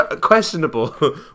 questionable